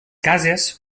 cases